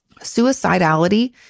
suicidality